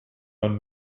man